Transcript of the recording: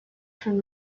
from